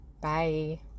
Bye